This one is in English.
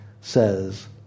says